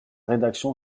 rédaction